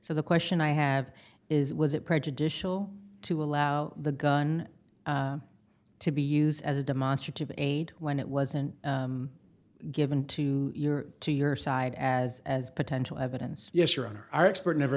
so the question i have is was it prejudicial to allow the gun to be used as a demonstrative aid when it wasn't given to your to your side as as potential evidence yes your honor our expert never